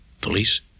Police